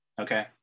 Okay